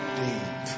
deep